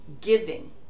giving